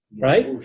Right